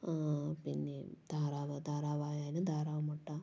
പിന്നെ താറാവ് താറാവായാലും താറാവ് മുട്ട